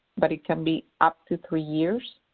but it can be up to three years.